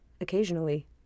occasionally